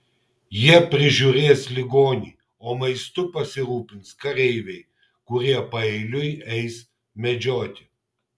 jie prižiūrės ligonį o maistu pasirūpins kareiviai kurie paeiliui eis medžioti